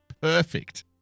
Perfect